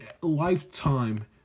lifetime